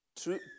True